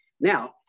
Now